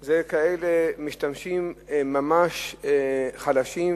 הוא אצל משתמשים שהם ממש חלשים,